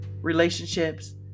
relationships